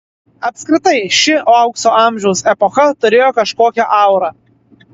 apskritai ši aukso amžiaus epocha turėjo kažkokią aurą